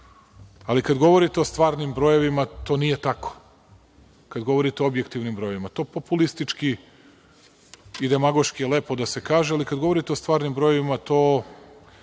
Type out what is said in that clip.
Kada govorite o stvarnim brojevima, to nije tako. Kada govorite o objektivnim brojevima, to populistički, demagoški je lepo da se kaže, ali kada govorite o stvarnim brojevima, ne